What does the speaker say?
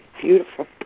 Beautiful